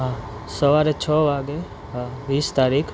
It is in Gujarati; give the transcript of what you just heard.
હા સવારે છ વાગે હા વીસ તારીખ